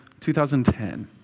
2010